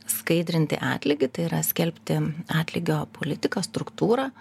skaidrinti atlygį tai yra skelbti atlygio politiką struktūrą